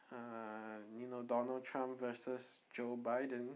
ah you know donald trump versus joe biden